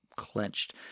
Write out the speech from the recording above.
clenched